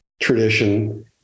tradition